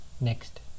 next